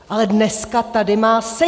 Ale dneska tady má sedět!